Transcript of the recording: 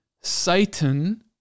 Satan